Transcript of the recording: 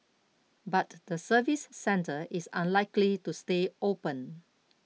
but the service centre is unlikely to stay open